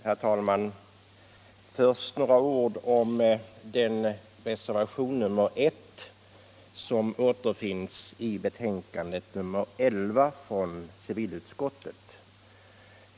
Herr talman! Först några ord om reservation 1 i betänkande nr 11 från civilutskottet.